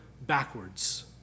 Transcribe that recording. backwards